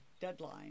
deadline